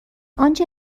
آنچه